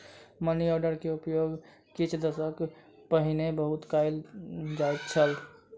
money order के उपयोग किछ दशक पहिने बहुत कयल जाइत छल